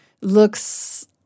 looks